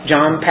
John